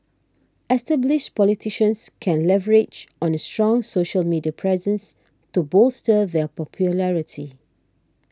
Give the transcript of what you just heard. established politicians can leverage on a strong social media presence to bolster their popularity